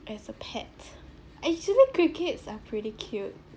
as a pet actually crickets are pretty cute